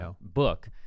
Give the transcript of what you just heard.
book